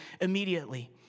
immediately